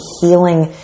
healing